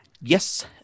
Yes